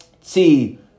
see